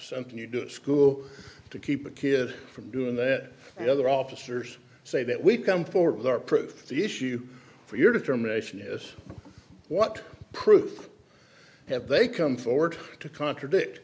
something you do school to keep a kid from doing that and other officers say that we've come forward with our proof the issue for your determination is what proof have they come forward to contradict